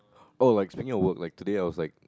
oh like training your work like today I was like